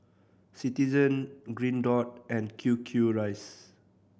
Citizen Green Dot and Q Q Rice